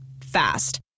Fast